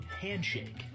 handshake